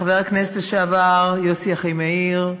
חבר הכנסת לשעבר יוסי אחימאיר,